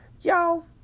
y'all